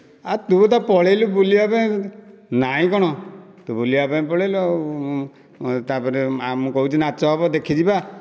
ଆଉ ତୁ ତ ପଳେଇଲୁ ବୁଲିବା ପାଇଁ ନାଇଁ କଣ ତୁ ବୁଲିବା ପାଇଁ ପଳେଇଲୁ ଆଉ ତାପରେ ମୁଁ କହୁଛି ନାଚ ହେବ ଦେଖି ଯିବା